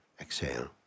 exhale